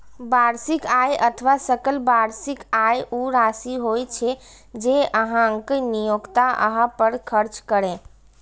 वार्षिक आय अथवा सकल वार्षिक आय ऊ राशि होइ छै, जे अहांक नियोक्ता अहां पर खर्च करैए